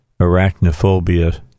arachnophobia